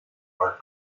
are